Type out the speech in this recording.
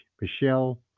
Michelle